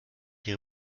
ihre